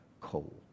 cold